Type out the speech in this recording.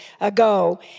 ago